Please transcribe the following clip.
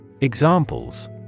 Examples